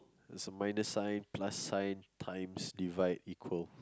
there's a minus sign plus sign times divide equal